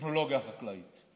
בטכנולוגיה חקלאית.